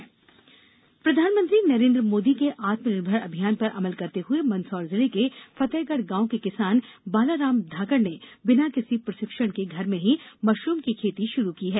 mushroom खेती प्रधानमंत्री नरेन्द्र मोंदी के आत्मनिर्भर अभियान पर अमल करते हुए मंदसौर जिले के फतेहगढ़ गांव के किसान बालाराम धाकड़ ने बिना किसी प्रषिक्षण के घर में ही मशरूम की खेती शुरू की है